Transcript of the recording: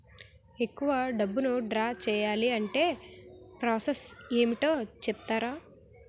ఎక్కువ డబ్బును ద్రా చేయాలి అంటే ప్రాస సస్ ఏమిటో చెప్తారా?